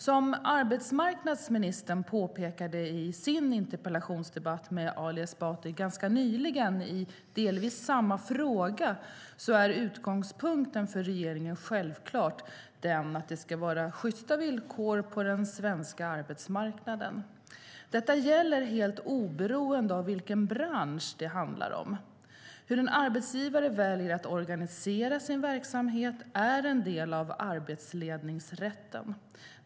Som arbetsmarknadsministern påpekade i sin interpellationsdebatt med Ali Esbati ganska nyligen i delvis samma fråga är utgångspunkten för regeringen självklart att det ska vara sjysta villkor på den svenska arbetsmarknaden. Detta gäller helt oberoende av vilken bransch det handlar om. Hur en arbetsgivare väljer att organisera sin verksamhet är en del av arbetsledningsrätten.